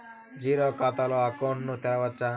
Zero ఖాతా తో account ను తెరవచ్చా?